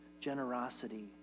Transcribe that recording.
generosity